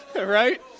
right